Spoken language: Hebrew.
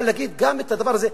אבל להגיד גם את הדבר הזה,